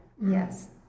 Yes